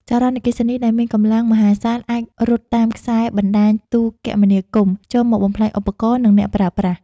ចរន្តអគ្គិសនីដែលមានកម្លាំងមហាសាលអាចរត់តាមខ្សែបណ្តាញទូរគមនាគមន៍ចូលមកបំផ្លាញឧបករណ៍ និងអ្នកប្រើប្រាស់។